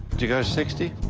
would you go sixty?